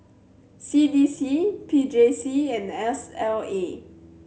C D C P J C and S L A